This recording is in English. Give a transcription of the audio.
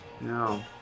No